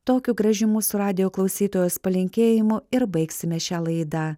tokiu gražiu mūsų radijo klausytojos palinkėjimu ir baigsime šią laidą